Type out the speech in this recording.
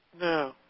No